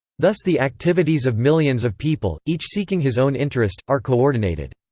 thus the activities of millions of people, each seeking his own interest, are coordinated.